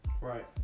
Right